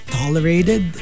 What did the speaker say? tolerated